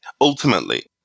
Ultimately